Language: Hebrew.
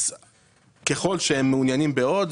אז ככל שהם מעוניינים בעוד,